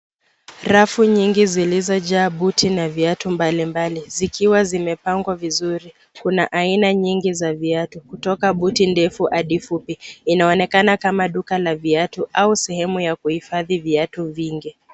Rafu nyingi zilizojaa buti na viatu mbalimbali zikiwa zimepangwa vizuri, kuna aina nyingi za viatu kutoka buti ndefu hadi buti fupi. Inaoekana kama duka la viatu au sehemu ya kuhifadhi viatu vingi.